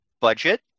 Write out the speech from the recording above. budget